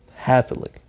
happily